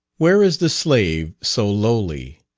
where is the slave, so lowly,